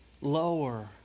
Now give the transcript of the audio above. lower